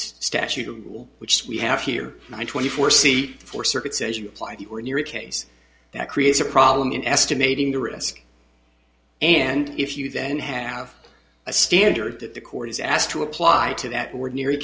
statute which we have here twenty four seat for circuit says you apply the or in your case that creates a problem in estimating the risk and if you then have a standard that the court is asked to apply to that ordinary